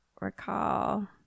recall